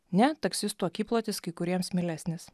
ne taksistų akiplotis kai kuriems mielesnis